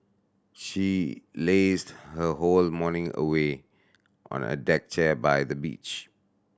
she lazed her whole morning away on a deck chair by the beach